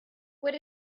what